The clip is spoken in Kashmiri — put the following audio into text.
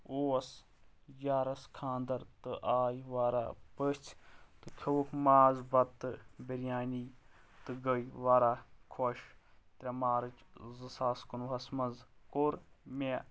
اوس یارَس خانٛدَر تہٕ آے واریاہ پٔژھۍ تہٕ کھیوٚوُکھ ماز بَتہٕ بِریانی تہٕ گٔیے واراہ خۄش ترےٚ مارٕچ زٕ ساس کُنہٕ وُہَس منٛز کوٚر مےٚ